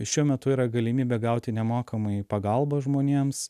šiuo metu yra galimybė gauti nemokamai pagalbą žmonėms